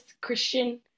christian